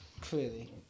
Clearly